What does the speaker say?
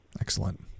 Excellent